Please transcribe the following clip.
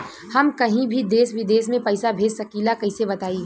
हम कहीं भी देश विदेश में पैसा भेज सकीला कईसे बताई?